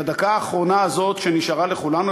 בדקה האחרונה הזאת שנשארה לכולנו,